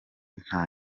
nta